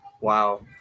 Wow